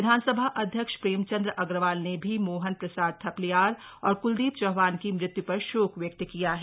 विधानसभा अध्यक्ष प्रेमचंद अग्रवाल ने भी मोहन प्रसाद थपलियाल और क्लदीप चौहान की मृत्य् पर शोक व्यक्त किया है